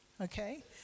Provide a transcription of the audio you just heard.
Okay